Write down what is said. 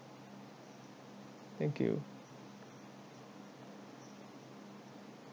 thank you